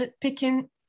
picking